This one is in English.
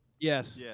Yes